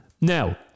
Now